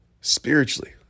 spiritually